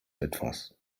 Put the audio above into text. etwas